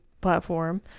platform